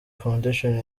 foundation